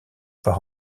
par